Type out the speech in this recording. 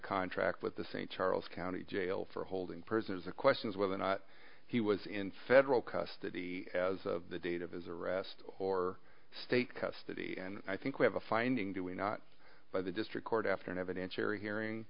contract with the st charles county jail for holding prisoners the question is whether or not he was in federal custody as of the date of his arrest or state custody and i think we have a finding do we not by the district court after an evidentiary hearing